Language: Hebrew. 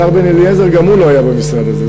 השר בן-אליעזר, גם הוא לא היה במשרד הזה.